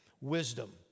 Wisdom